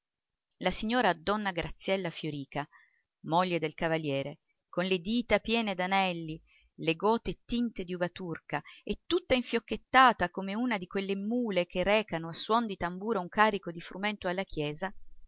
la signora donna graziella fiorìca moglie del cavaliere con le dita piene d'anelli le gote tinte di uva turca e tutta infiocchettata come una di quelle mule che recano a suon di tamburo un carico di frumento alla chiesa